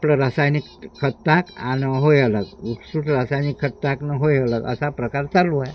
आपलं रासायनिक खत टाक आणि होय अलग उठसूट रासायनिक खत टाक आणि होय अलग असा प्रकार चालू आहे